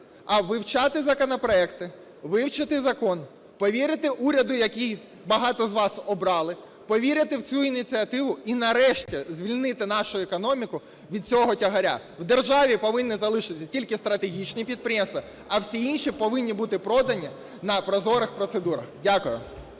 а вивчати законопроекти, вивчити закон, повірити уряду, який багато з вас обрали, повірити в цю ініціативу і нарешті звільнити нашу економіку від цього тягаря. В державі повинні залишитися тільки стратегічні підприємства, а всі інші повинні бути продані на прозорих процедурах. Дякую.